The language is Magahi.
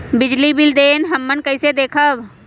बिजली बिल देल हमन कईसे देखब?